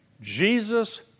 Jesus